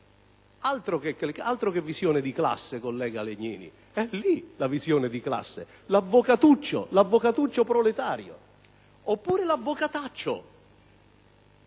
Altro che visione di classe, collega Legnini! È lì la visione di classe: l'avvocatuccio proletario. Oppure l'avvocataccio,